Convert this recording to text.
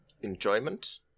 enjoyment